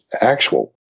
actual